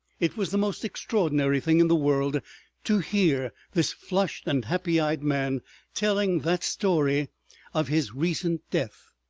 it was the most extraordinary thing in the world to hear this flushed and happy-eyed man telling that story of his recent death.